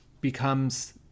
becomes